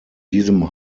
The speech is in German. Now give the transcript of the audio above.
diesem